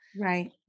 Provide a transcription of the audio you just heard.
Right